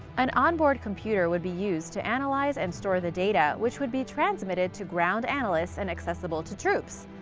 an onboard computer would be used to analyze and store the data, which would be transmitted to ground analysts and accessible to troops.